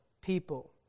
people